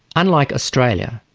unlike australia,